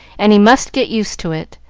and he must get used to it.